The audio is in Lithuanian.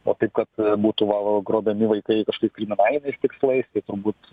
o taip kad būtų va grobiami vaikai kažkaip kriminaliniais tikslais tai turbūt